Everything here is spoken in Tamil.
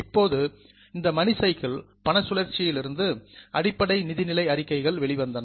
இப்போது இந்த மணி சைக்கிள் பண சுழற்சியிலிருந்து அடிப்படை நிதிநிலை அறிக்கைகள் வெளிவந்தன